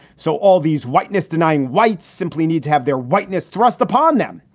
so all these whiteness denying whites simply need to have their whiteness thrust upon them.